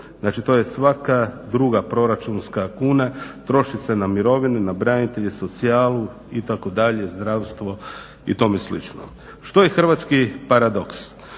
znači to je svaka druga proračunska kuna, troši se na mirovine, na branitelje, socijalu i tako dalje, zdravstvo i tome slično. Što je hrvatski paradoks?